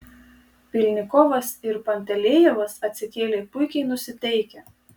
pylnikovas ir pantelejevas atsikėlė puikiai nusiteikę